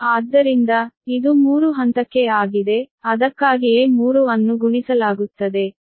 ಆದ್ದರಿಂದ ಇದು ಮೂರು ಹಂತಕ್ಕೆ ಆಗಿದೆ ಅದಕ್ಕಾಗಿಯೇ 3 ಅನ್ನು ಗುಣಿಸಲಾಗುತ್ತದೆ